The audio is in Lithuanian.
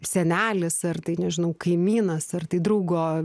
senelis ar tai nežinau kaimynas ar tai draugo